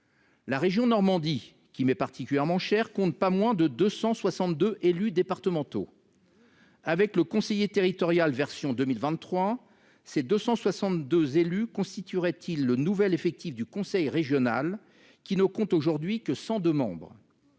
La région Normandie, qui m'est particulièrement chère, ne compte pas moins de 262 élus départementaux. Avec le conseiller territorial version 2023, ces 262 élus constitueraient-ils le nouvel effectif du conseil régional, qui n'a aujourd'hui que 102 membres ?